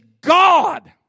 God